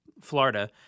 Florida